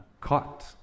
caught